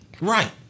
Right